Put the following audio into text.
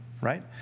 right